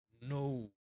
no